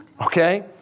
Okay